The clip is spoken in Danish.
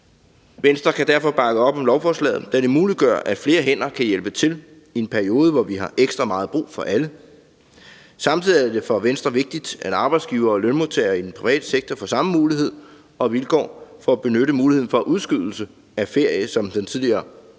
Venstre kan derfor bakke op om lovforslaget, da det muliggør, at flere hænder kan hjælpe til i en periode, hvor vi har ekstra meget brug for alle. Samtidig er det for Venstre vigtigt, at arbejdsgivere og lønmodtagere i den private sektor får samme muligheder og vilkår for at benytte muligheden for udskydelse af ferie som arbejdsgivere og